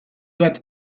bat